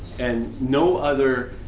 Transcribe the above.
and no other